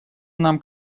нам